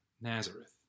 Nazareth